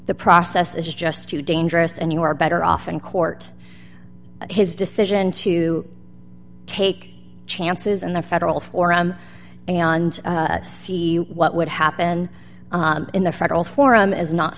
the process is just too dangerous and you are better off in court his decision to take chances in the federal forum and see what would happen in the federal forum is not